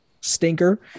stinker